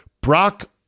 Brock